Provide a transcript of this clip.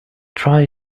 try